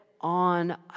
on